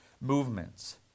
movements